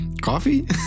coffee